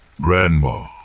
Grandma